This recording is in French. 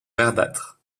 verdâtres